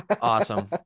Awesome